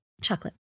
Chocolate